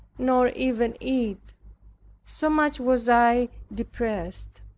nor even eat so much was i depressed.